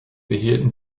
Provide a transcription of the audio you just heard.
behielten